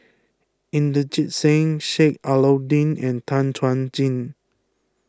Inderjit Singh Sheik Alau'ddin and Tan Chuan Jin